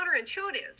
counterintuitive